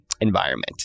environment